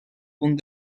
punt